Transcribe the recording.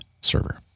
server